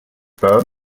pas